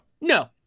No